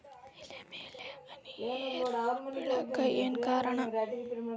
ಎಲೆ ಮ್ಯಾಲ್ ಹನಿ ನೇರ್ ಬಿಳಾಕ್ ಏನು ಕಾರಣ?